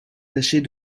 tâchez